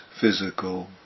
physical